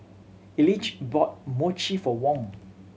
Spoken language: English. Elige bought Mochi for Wong